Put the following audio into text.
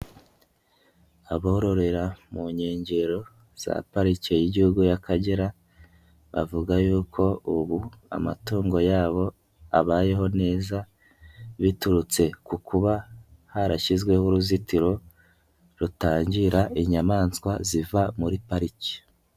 Abororera mu nkengero za parike y'igihugu y'Akagera, bavuga yuko ubu amatungo yabo abayeho neza, biturutse ku kuba harashyizweho uruzitiro rutangira inyamaswa ziva muri pariki.